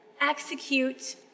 Execute